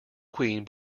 queen